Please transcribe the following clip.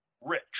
rich